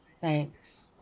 Thanks